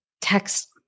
text